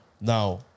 Now